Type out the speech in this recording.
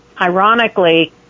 Ironically